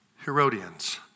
Herodians